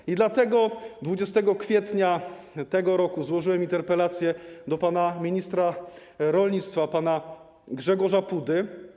I dlatego 20 kwietnia tego roku złożyłem interpelację do ministra rolnictwa pana Grzegorza Pudy.